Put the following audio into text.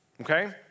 okay